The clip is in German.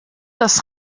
das